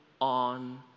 on